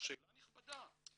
שאלה נכבדה.